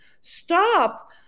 Stop